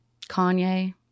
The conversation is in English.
Kanye